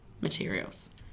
materials